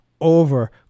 over